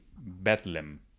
Bethlehem